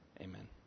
amen